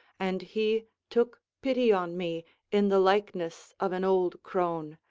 and he took pity on me in the likeness of an old crone,